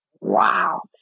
wow